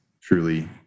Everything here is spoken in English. truly